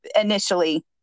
initially